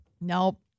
Nope